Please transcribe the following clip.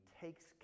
takes